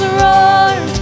roar